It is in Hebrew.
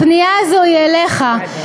הפנייה הזו היא אליך,